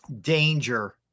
danger